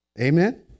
Amen